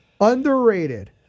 underrated